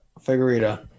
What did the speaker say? Figueroa